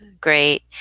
great